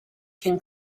can